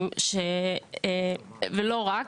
ולא רק,